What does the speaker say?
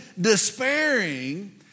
despairing